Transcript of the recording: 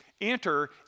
Enter